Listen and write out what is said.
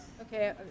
Okay